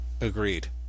agreed